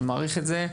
אני מעריך את זה.